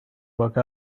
woke